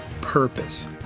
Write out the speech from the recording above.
purpose